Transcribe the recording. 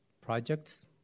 projects